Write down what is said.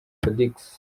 felix